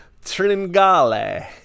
Tringale